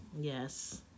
Yes